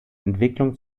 entwicklung